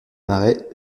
marais